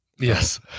Yes